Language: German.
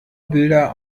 bilder